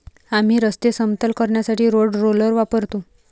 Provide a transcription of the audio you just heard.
आम्ही रस्ते समतल करण्यासाठी रोड रोलर वापरतो